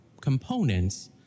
components